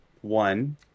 one